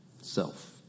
self